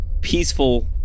peaceful